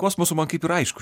kosmosu man kaip ir aišku